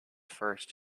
first